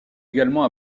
également